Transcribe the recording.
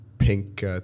pink